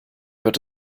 wird